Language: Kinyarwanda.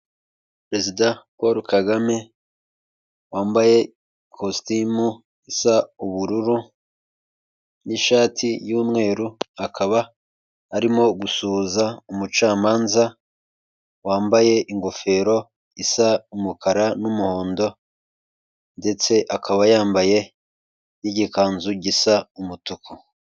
Perezida Paul Kagame wambaye ikositimu isa ubururu n'ishati y'umweru, akaba arimo gusuhuza umucamanza wambaye ingofero isa umukara n'umuhondo ndetse akaba yambaye igikanzu gisa umutuku.